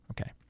Okay